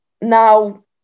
Now